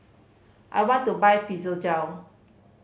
I want to buy Fibogel